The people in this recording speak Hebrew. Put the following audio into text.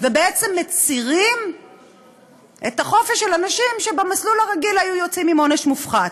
ובעצם מצרים את החופש של אנשים שבמסלול הרגיל היו יוצאים עם עונש מופחת.